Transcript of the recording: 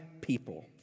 people